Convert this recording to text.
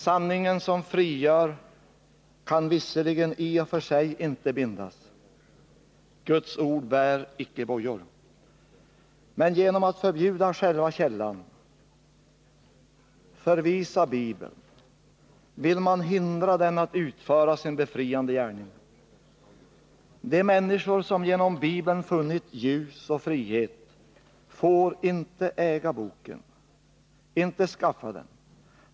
Sanningen som frigör kan visserligen i och för sig inte bindas — Guds ord bär icke bojor. Men genom att förbjuda själva källan, förvisa Bibeln, vill man hindra den att utföra sin befriande gärning. De människor som genom Bibeln funnit ljus och frihet får inte äga Boken, inte skaffa den.